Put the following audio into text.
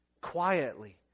quietly